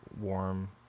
warm